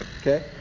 Okay